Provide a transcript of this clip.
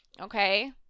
Okay